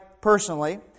personally